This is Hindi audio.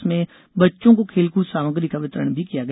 इसमें बच्चों को खेलकूद सामग्री का वितरण भी किया गया